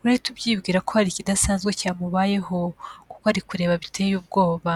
urahita ubyibwira ko hari ikidasanzwe cyamubayeho. Kuko ari kureba biteye ubwoba.